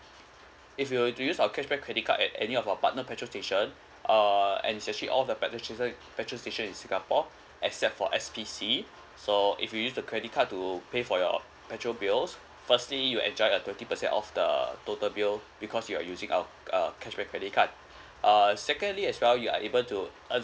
if you were to use our cashback credit card at any of our partner petrol station uh and ju~ she all the peson~ sason~ petrol station in singapore except for S_P_C so if you use the credit card to pay for your petrol bills firstly you'll enjoy a thirty percent of the total bill because you're using our uh cashback credit card uh secondly as well you are able to earn